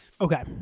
okay